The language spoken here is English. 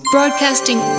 Broadcasting